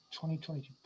2022